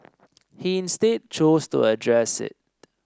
he instead chose to address it